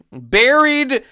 buried